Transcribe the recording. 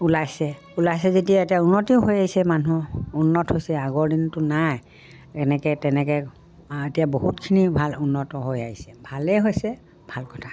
ওলাইছে ওলাইছে যেতিয়া এতিয়া উন্নতিও হৈ আহিছে মানুহৰ উন্নত হৈছে আগৰ দিনটো নাই এনেকৈ তেনেকৈ এতিয়া বহুতখিনি ভাল উন্নত হৈ আহিছে ভালেই হৈছে ভাল কথা